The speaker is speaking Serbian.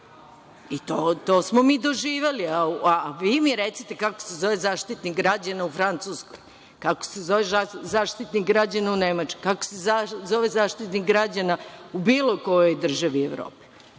To smo mi doživeli. Evo, vi mi recite, kako se zove Zaštitnik građana u Francuskoj, kako se zove Zaštitnik građana u Nemačkoj, kako se zove Zaštitnik građana u bilo kojoj državi Evrope?